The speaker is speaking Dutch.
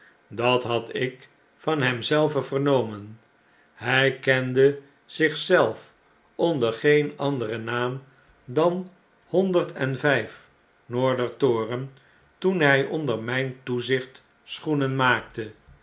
dat had ik van hem zelven vernomen hi kende zich zelf onder geen anderen naam dan honderd en vjjf noorder toren toen hjj onder mgn toezicht schoenen maakte